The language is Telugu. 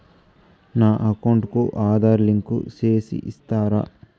నా అకౌంట్ కు ఆధార్ లింకు సేసి ఇస్తారా?